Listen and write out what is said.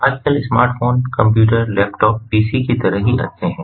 आजकल smartphone computer laptop PC की तरह ही अच्छे हैं